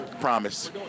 Promise